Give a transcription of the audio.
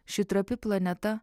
ši trapi planeta